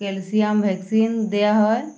calcium vaccine দেওয়া হয়